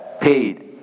paid